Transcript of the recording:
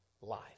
life